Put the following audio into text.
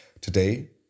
Today